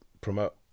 promote